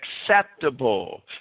acceptable